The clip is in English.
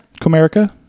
Comerica